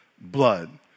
blood